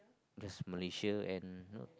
just Malaysia and you know